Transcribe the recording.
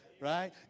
right